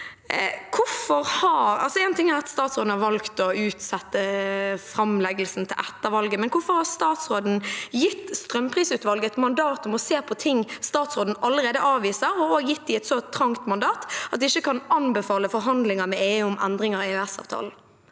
statsråden har valgt å utsette framleggelsen til etter valget, men hvorfor har statsråden gitt strømprisutvalget et mandat om å se på ting statsråden allerede avviser, og også gitt dem et så trangt mandat at de ikke kan anbefale forhandlinger med EU om endringer i EØS-avtalen?